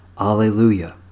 Alleluia